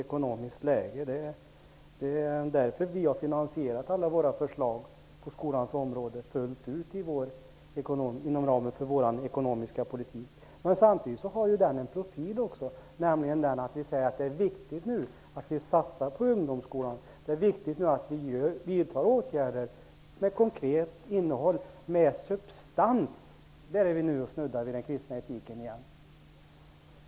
Det är därför vi har finansierat alla våra förslag på skolans område fullt ut inom ramen för vår ekonomiska politik. Samtidigt har politiken en profil. Vi säger nämligen att det är viktigt att vi satsar på ungdomsskolan och vidtar åtgärder med konkret innehåll, med substans. Där snuddar vi vid den kristna etiken igen.